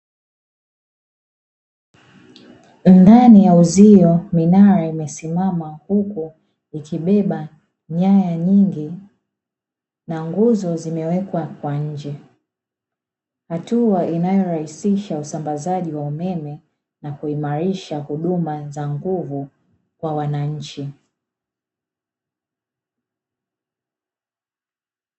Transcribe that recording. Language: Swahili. Ndani ya uzio minara imesimama huku ikibeba nyaya nyingi na nguzo zimewekwa kwa nje, hatua inayorahisisha usambazaji wa umeme na kuimarisha huduma za nguvu kwa wananchi.